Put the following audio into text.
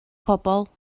pobl